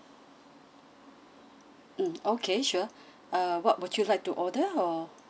mm okay sure uh what would you like to order or